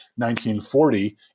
1940